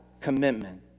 commitment